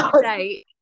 say